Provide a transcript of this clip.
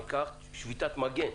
שביתת מגן.